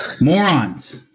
Morons